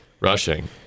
rushing